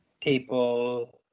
people